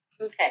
Okay